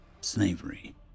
slavery